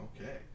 Okay